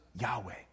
Yahweh